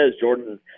Jordan